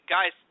Guys